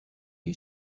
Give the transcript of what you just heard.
you